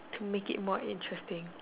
to make it more interesting